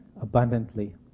abundantly